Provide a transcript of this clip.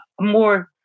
more